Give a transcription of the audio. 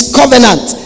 covenant